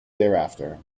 thereafter